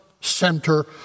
center